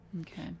Okay